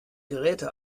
geräte